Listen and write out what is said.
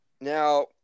Now